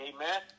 Amen